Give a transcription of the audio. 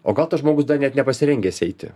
o gal tas žmogus dar net nepasirengęs eiti